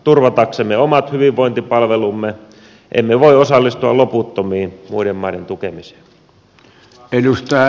turvataksemme omat hyvinvointipalvelumme emme voi osallistua loputtomiin muiden maiden tukemiseen